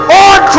on